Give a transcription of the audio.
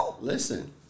Listen